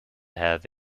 have